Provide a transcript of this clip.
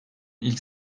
ilk